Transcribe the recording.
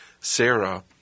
Sarah